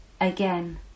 again